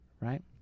Right